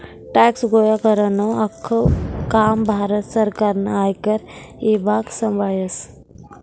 tax गोया करानं आख्खं काम भारत सरकारनं आयकर ईभाग संभायस